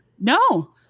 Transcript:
No